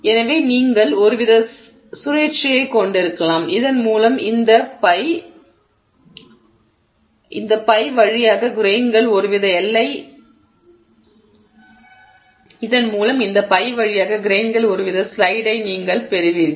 எனவே நீங்கள் ஒருவித சுழற்சியைக் கொண்டிருக்கலாம் இதன் மூலம் இந்த பை வழியாக கிரெய்ன்கள் ஒருவித ஸ்லைடை நீங்கள் பெறுவீர்கள்